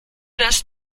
das